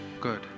Good